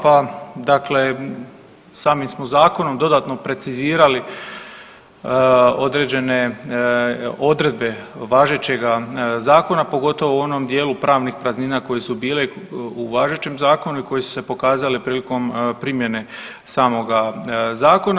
Pa dakle, samim smo zakonom dodatno precizirali određene odredbe važećega zakona pogotovo u onom dijelu pravnih praznina koje su bile u važećem zakonu i koje su se pokazale prilikom primjene samoga zakona.